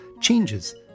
changes